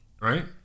Right